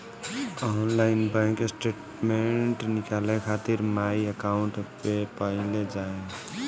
online bank statement निकाले खातिर my account पे पहिले जाए